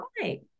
Right